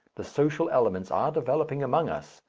the social elements are developing among us,